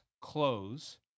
CLOSE